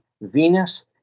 Venus